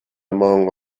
among